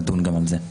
נדון גם על זה.